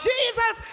Jesus